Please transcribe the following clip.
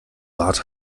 bart